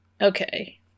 Okay